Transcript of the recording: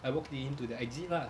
I walked in to the exit lah